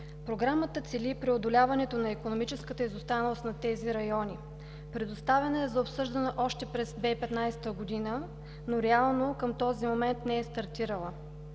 Програмата цели преодоляването на икономическата изостаналост на тези райони. Предоставена е за обсъждане още през 2015 г., но реално към този момент не е стартирала.